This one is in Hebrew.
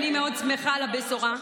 אני מאוד שמחה על הבשורה.